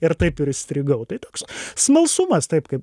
ir taip ir įstrigau tai toks smalsumas taip kaip